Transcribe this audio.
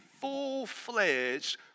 full-fledged